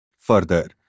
Further